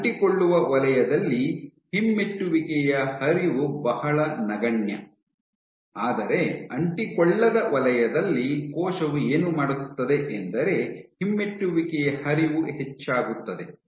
ಅಂಟಿಕೊಳ್ಳುವ ವಲಯದಲ್ಲಿ ಹಿಮ್ಮೆಟ್ಟುವಿಕೆಯ ಹರಿವು ಬಹಳ ನಗಣ್ಯ ಆದರೆ ಅಂಟಿಕೊಳ್ಳದ ವಲಯದಲ್ಲಿ ಕೋಶವು ಏನು ಮಾಡುತ್ತದೆ ಎಂದರೆ ಹಿಮ್ಮೆಟ್ಟುವಿಕೆಯ ಹರಿವು ಹೆಚ್ಚಾಗುತ್ತದೆ